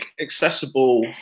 accessible